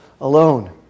alone